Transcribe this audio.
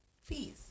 fees